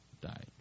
died